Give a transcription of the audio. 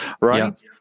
Right